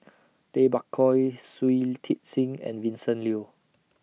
Tay Bak Koi Shui Tit Sing and Vincent Leow